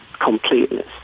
completeness